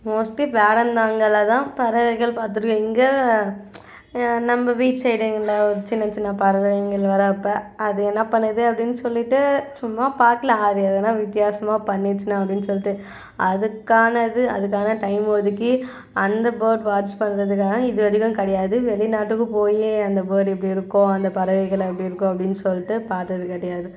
mostly வேடந்தாங்கலில் தான் பறவைகள் பார்த்துருக்கேன் இங்கே நம்ம வீட் சைடுங்களில் ஒரு சின்னச் சின்ன பறவைங்கள் வர்றப்போ அது என்ன பண்ணுது அப்படின்னு சொல்லிவிட்டு சும்மா பார்க்கலாம் அது எதனா வித்தியாசமாக பண்ணிச்சுன்னா அப்படின்னு சொல்லிட்டு அதுக்கானது அதுக்கான டைம் ஒதுக்கி அந்த பேர்ட் வாட்ச் பண்ணுறதுக்காக தான் இது வரைக்கும் கிடையாது வெளிநாட்டுக்கு போய் அந்த பேர்ட் எப்படி இருக்கும் அந்த பறவைகள் அப்படி இருக்கும் அப்படின்னு சொல்லிட்டு பார்த்தது கிடையாது